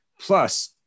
plus